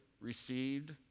received